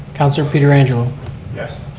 councilor pietrangelo. yes.